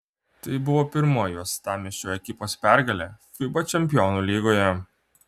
tai buvo pirmoji uostamiesčio ekipos pergalė fiba čempionų lygoje